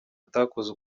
atakoze